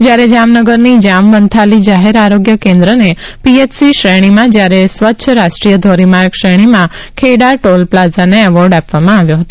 જ્યારે જામનગરની જામવંથાલી જાહેર આરોગ્ય કેન્દ્રને પીએચસી શ્રેણીમાં જ્યારે સ્વચ્છ રાષ્ટ્રીય ધોરીમાર્ગ શ્રેણીમાં ખેડા ટોલ પ્લાઝાને એવોર્ડ આપવામાં આવ્યો હતો